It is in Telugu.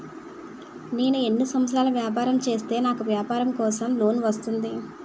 నేను ఎన్ని సంవత్సరాలు వ్యాపారం చేస్తే నాకు వ్యాపారం కోసం లోన్ వస్తుంది?